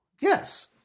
Yes